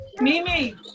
Mimi